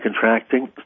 contracting